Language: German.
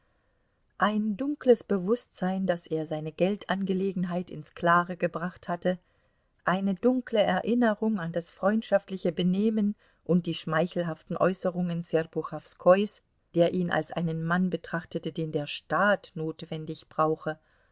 ein dunkles bewußtsein daß er seine geldangelegenheit ins klare gebracht hatte eine dunkle erinnerung an das freundschaftliche benehmen und die schmeichelhaften äußerungen serpuchowskois der ihn als einen mann betrachtete den der staat notwendig brauche